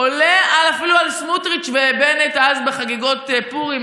עולה אפילו על סמוטריץ' ובנט אז בחגיגות פורים,